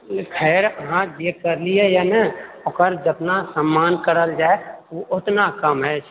खैर अहाँ जे करलियै यऽ ने ओकर जेतना सम्मान करल जाय ओतना कम अछि